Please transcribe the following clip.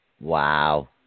Wow